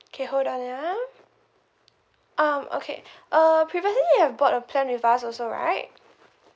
K hold on ah um okay uh previously you have bought a plan with us also right